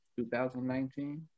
2019